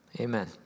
Amen